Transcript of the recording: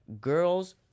girls